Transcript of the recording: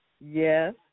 Yes